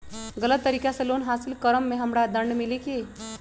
गलत तरीका से लोन हासिल कर्म मे हमरा दंड मिली कि?